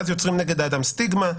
ואז יוצרים נגד האדם סטיגמה.